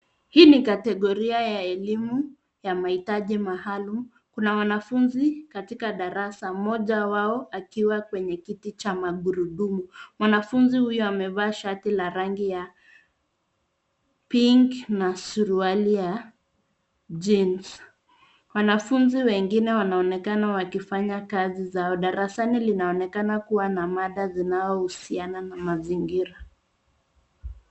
Hii ni kategoria ya elimu ya mahitaji maalum. Kuna wanafunzi katika darasa, Mmoja wao akiwa kwenye kiti cha magurudumu. Mwanafunzi huyu amevaa shati la rangi ya pink na suruali ya jeans .Wanafunzi wengine wanaonekana wakifanya kazi zao. Darasani linaonekana kuwa na mada zinaohusiana na mazingira.